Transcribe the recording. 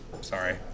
Sorry